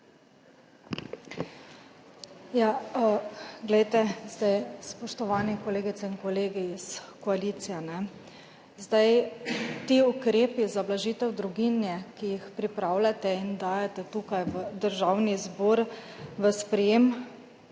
glejte, spoštovani kolegice in kolegi iz koalicije, zdaj ti ukrepi za blažitev draginje, ki jih pripravljate in dajete tukaj v državnemu zboru v sprejetje,